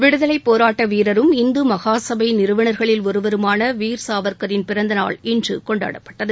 விடுதலைப் போராட்ட வீரரும் இந்து மகாசபா நிறுவனர்களில் ஒருவருமான வீர சாவர்கரின் பிறந்தநாள் இன்று கொண்டாடப்பட்டது